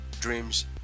dreams